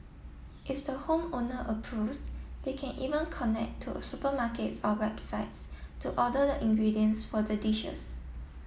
if the home owner approves they can even connect to supermarkets or websites to order the ingredients for the dishes